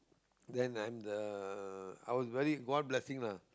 then I'm the I was very god blessing lah